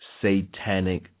satanic